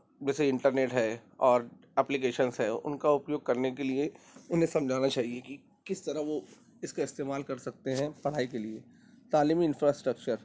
جیسے انٹرنیٹ ہے اور اپلیکیشنس ہیں ان کا اپیوگ کرنے کے لیے انہیں سمجھانا چاہیے کہ کس طرح وہ اس کا استعمال کر سکتے ہیں پڑھائی کے لیے تعلیمی انفراسٹرکچر